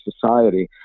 society